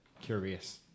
curious